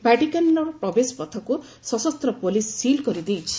ଭାଟିକାନର ପ୍ରବେଶପଥକୁ ସଶସ୍ତ police seal କରିଦେଇଛି